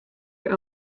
your